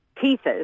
pieces